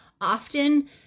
often